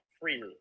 freely